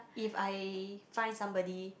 if I find somebody